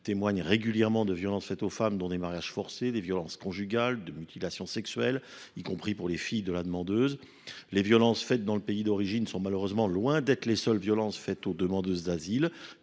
témoignent régulièrement de violences faites aux femmes, dont des mariages forcés, des violences conjugales et des mutilations sexuelles, y compris envers les filles de la demandeuse. En second lieu, les violences commises dans le pays d’origine sont malheureusement loin d’être les seules auxquelles s’exposent les demandeuses d’asile.